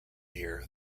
year